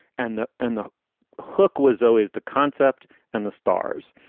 and the and the hook was always the concept and the stars.